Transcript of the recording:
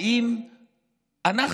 האם אנחנו,